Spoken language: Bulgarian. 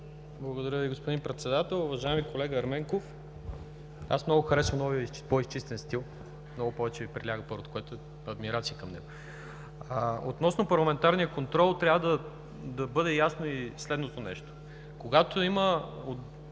Благодаря Ви, господин Председател. Уважаеми колега Ерменков, аз много харесвам новия Ви по изчистен стил – много повече Ви приляга, първото, което е – адмирации към него. Относно парламентарния контрол трябва да бъде ясно и следното нещо. Когато има